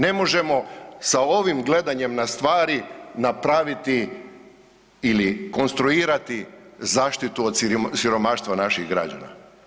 Ne možemo sa ovim gledanjem na stvari napraviti ili konstruirati zaštitu od siromaštva naših građana.